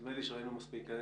נדמה לי שראינו מספיק.